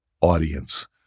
audience